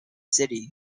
city